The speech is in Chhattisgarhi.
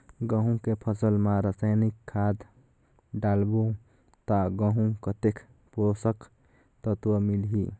गंहू के फसल मा रसायनिक खाद डालबो ता गंहू कतेक पोषक तत्व मिलही?